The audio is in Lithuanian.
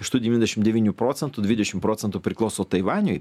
iš tų devyniasdešim devynių procentų dvidešim procentų priklauso taivaniui